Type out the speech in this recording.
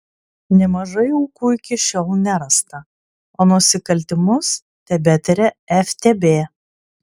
nemažai aukų iki šiol nerasta o nusikaltimus tebetiria ftb